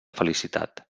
felicitat